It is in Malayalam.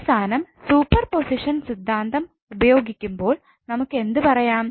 അവസാനം സൂപ്പർ പൊസിഷൻ സിദ്ധാന്തം ഉപയോഗിക്കുമ്പോൾ നമുക്ക് എന്തു പറയാം